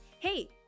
Hey